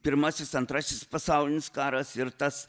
pirmasis antrasis pasaulinis karas ir tas